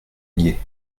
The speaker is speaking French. nier